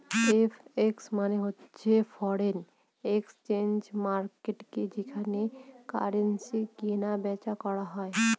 FX মানে হচ্ছে foreign exchange মার্কেটকে যেখানে কারেন্সি কিনা বেচা করা হয়